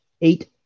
eight